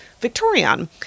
victorian